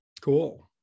Cool